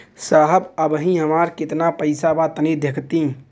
साहब अबहीं हमार कितना पइसा बा तनि देखति?